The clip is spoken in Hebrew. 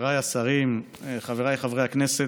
חבריי השרים, חבריי חברי הכנסת,